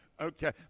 Okay